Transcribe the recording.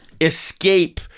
escape